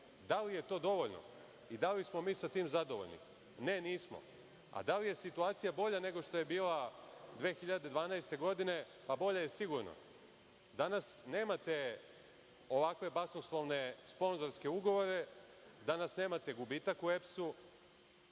Da li je to dovoljno i da li smo mi sa tim zadovoljni? Ne, nismo. Da li je situacija bolja nego što je bila 2012. godine? Bolja je sigurno. Danas nemate ovakve basnoslovne sponzorske ugovore, danas nemate gubitak u EPS-u,